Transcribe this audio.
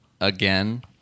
again